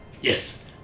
yes